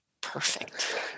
Perfect